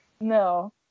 No